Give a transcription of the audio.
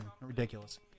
Ridiculous